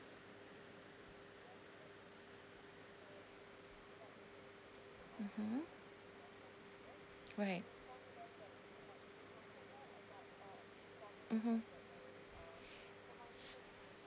mmhmm right mmhmm